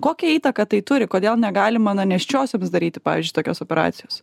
kokią įtaką tai turi kodėl negalima na nėščiosioms daryti pavyzdžiui tokios operacijos